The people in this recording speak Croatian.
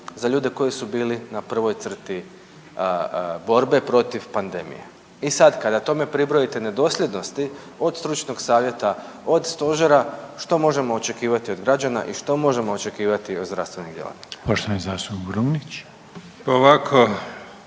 za ljude koji su bili na prvoj crti borbe protiv pandemije. I sada kada tome pribrojite nedosljednosti od stručnog savjeta, od stožera što možemo očekivati od građana i što možemo očekivati od zdravstvenih djelatnika?